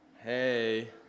hey